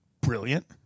Brilliant